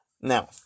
Now